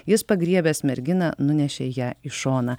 jis pagriebęs merginą nunešė ją į šoną